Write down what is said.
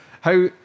how-